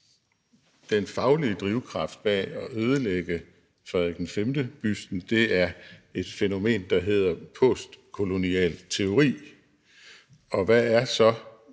den faglige drivkraft bag ødelæggelsen af Frederik V-busten et fænomen, der hedder postkolonial teori. Og hvad er så